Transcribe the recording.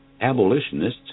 Abolitionists